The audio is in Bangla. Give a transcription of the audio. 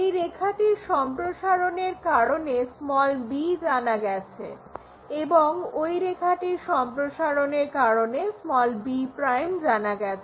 এই রেখাটির সম্প্রসারণের কারণে b জানা গেছে এবং ওই রেখাটির সম্প্রসারণের কারণে b' জানা গেছে